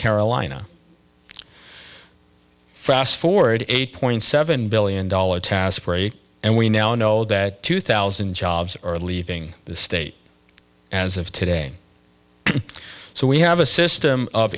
carolina fast forward eight point seven billion dollars task break and we now know that two thousand jobs are leaving the state as of today so we have a system of